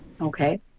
okay